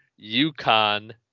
UConn